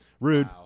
Rude